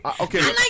Okay